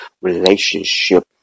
Relationship